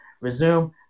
resume